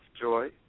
joy